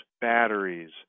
batteries